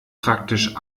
praktisch